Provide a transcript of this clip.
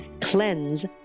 CLEANSE